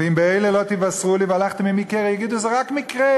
"ואם באלה לא תוָסרו לי והלכתם עמי קרי" יגידו: זה רק מקרה,